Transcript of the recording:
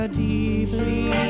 deeply